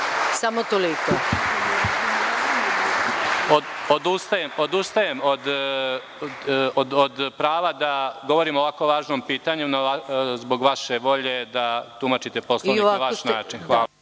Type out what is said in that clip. Veselinović** Odustajem od prava da govorim o ovako važnom pitanju, zbog vaše volje da tumačite Poslovnik na vaš način. **Maja